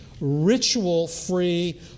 ritual-free